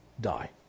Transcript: die